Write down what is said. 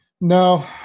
No